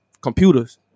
computers